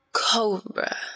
Cobra